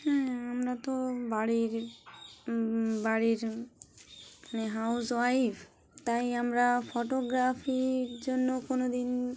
হ্যাঁ আমরা তো বাড়ির বাড়ির মানে হাউসওয়াইফ তাই আমরা ফটোগ্রাফির জন্য কোনো দিন